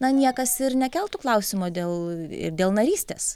na niekas ir nekeltų klausimo dėl ir dėl narystės